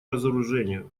разоружению